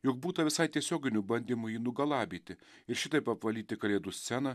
juk būta visai tiesioginių bandymų jį nugalabyti ir šitaip apvalyti kalėdų sceną